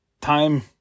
time